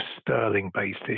sterling-based